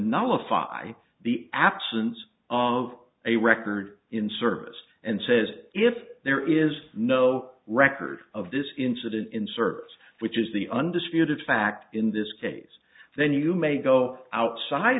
nullify the absence of a record in service and says if there is no record of this incident in service which is the undisputed fact in this case then you may go outside